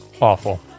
Awful